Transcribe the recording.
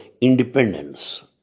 independence